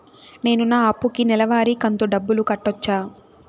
నేను నా అప్పుకి నెలవారి కంతు డబ్బులు కట్టొచ్చా?